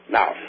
Now